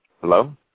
Hello